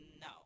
no